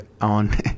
on